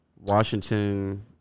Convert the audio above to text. Washington